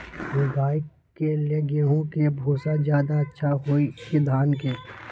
गाय के ले गेंहू के भूसा ज्यादा अच्छा होई की धान के?